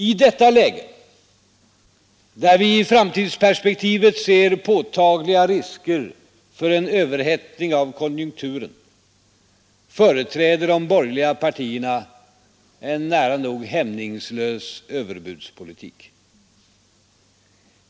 I detta läge, där vi i framtidsperspektivet ser påtagliga risker för en överhettning av konjunkturen, företräder de borgerliga partierna en nära nog hämningslös överbudspolitik.